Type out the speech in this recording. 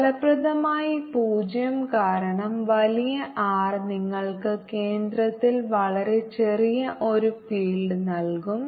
ഫലപ്രദമായി പൂജ്യം കാരണം വലിയ R നിങ്ങൾക്ക് കേന്ദ്രത്തിൽ വളരെ ചെറിയ ഒരു ഫീൽഡ് നൽകും